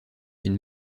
une